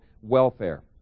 welfare